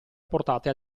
apportate